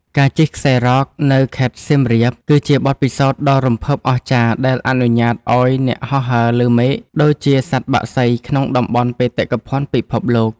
ការជិះខ្សែរ៉កនៅខេត្តសៀមរាប គឺជាបទពិសោធន៍ដ៏រំភើបអស្ចារ្យដែលអនុញ្ញាតឱ្យអ្នកហោះហើរលើមេឃដូចជាសត្វបក្សីក្នុងតំបន់បេតិកភណ្ឌពិភពលោក។